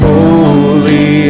Holy